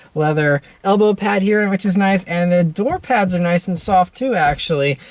leather elbow pad, here, and which is nice, and the door pads are nice and soft, too, actually.